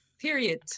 period